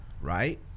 Right